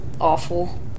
Awful